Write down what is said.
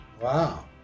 Wow